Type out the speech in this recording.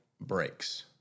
breaks